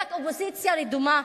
ורק אופוזיציה רדומה,